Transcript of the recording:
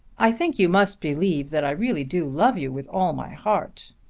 i think you must believe that i really do love you with all my heart.